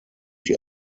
die